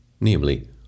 namely